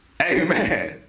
Amen